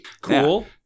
Cool